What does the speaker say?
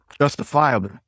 justifiable